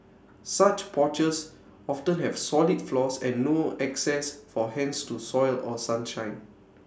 such porches often have solid floors and no access for hens to soil or sunshine